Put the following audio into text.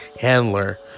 Handler